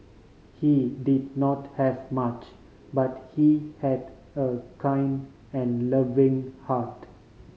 he did not have much but he had a kind and loving heart